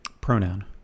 Pronoun